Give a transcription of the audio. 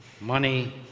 money